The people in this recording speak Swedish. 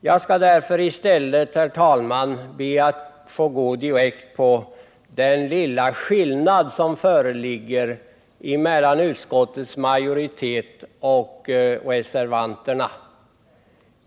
Jag skall därför i stället, herr talman, be att få gå direkt på den lilla skillnad som föreligger mellan utskottets majoritet och reservanterna.